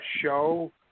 show